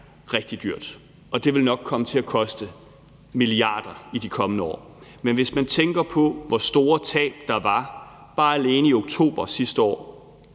rigtig dyrt, og det vil nok komme til at koste milliarder af kroner i de kommende år. Men hvis man tænker på, hvor store tab der var alene i oktober sidste år,